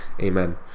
Amen